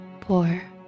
Poor